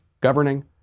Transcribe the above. governing